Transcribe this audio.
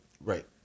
Right